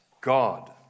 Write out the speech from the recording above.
God